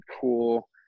cool